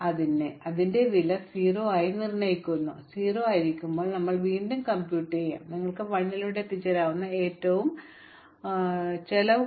അതിനാൽ അതിന്റെ വില 0 ആയി ഞങ്ങൾ നിർണ്ണയിക്കുന്നു അത് 0 ആയിരിക്കേണ്ടതാണ് ഞങ്ങൾക്ക് ഇപ്പോൾ വീണ്ടും കംപ്യൂട്ട് ചെയ്യാം ഇത് നിങ്ങൾക്ക് 1 ലൂടെ എത്തിച്ചേരാനാകുന്ന ഏറ്റവും കുറഞ്ഞ ചെലവായി അയൽവാസികളുടെ ചിലവാണ് ഇതിനകം തന്നെ ഞങ്ങൾ ചിലവാകും